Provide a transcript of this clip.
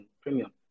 premium